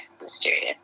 mysterious